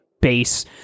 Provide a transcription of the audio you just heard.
base